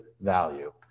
value